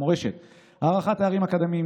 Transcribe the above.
אגף חינוך מבוגרים,